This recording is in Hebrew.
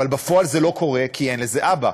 אבל בפועל זה לא קורה כי אין לזה אבא.